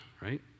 right